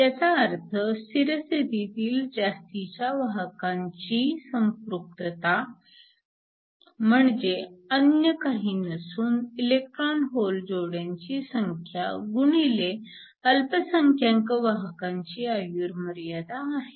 ह्याचा अर्थ स्थिर स्थितीतील जास्तीच्या वाचकांची संपृक्तता म्हणजे अन्य काही नसून इलेक्ट्रॉन होल जोड्यांची संख्या गुणिले अल्पसंख्यांक वाहकांची आयुर्मर्यादा आहे